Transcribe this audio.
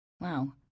Wow